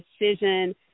decision